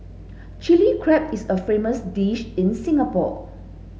Chilli Crab is a famous dish in Singapore